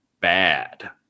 bad